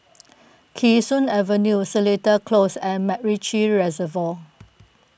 Kee Sun Avenue Seletar Close and MacRitchie Reservoir